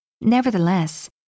Nevertheless